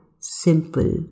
Simple